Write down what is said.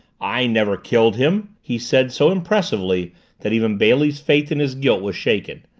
i never killed him! he said so impressively that even bailey's faith in his guilt was shaken.